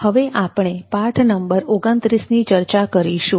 હવે આપણે પાઠ નંબર 29 ની ચર્ચા કરીશું